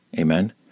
Amen